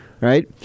right